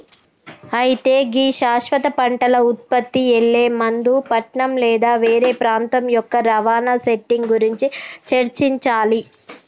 అయితే గీ శాశ్వత పంటల ఉత్పత్తికి ఎళ్లే ముందు పట్నం లేదా వేరే ప్రాంతం యొక్క రవాణా సెట్టింగ్ గురించి చర్చించాలి